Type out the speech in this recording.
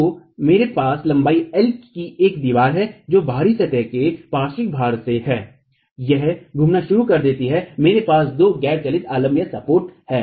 तो मेरे पास लंबाई L की एक दीवार है जो बाहरी सतहों के पार्श्व भार से है यह घूमना शुरू कर देता है मेरे पास दो गैर चलती आलम्ब हैं